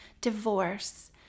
divorce